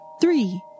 Three